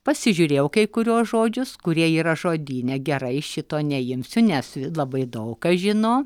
pasižiūrėjau kai kuriuos žodžius kurie yra žodyne gerai šito neimsiu nes labai daug kas žino